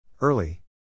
Early